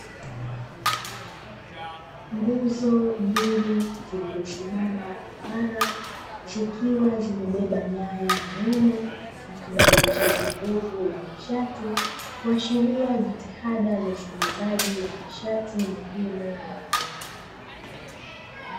Nguzo mbili zilizosimama imara, zikiwa zimebeba nyaya nene na kibadilishaji nguvu cha nishati, kuashiria jitihada za usambazaji wa nishati muhimu ya umeme.